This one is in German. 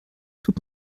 tut